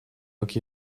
как